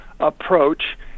approach